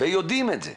ויודעים את זה,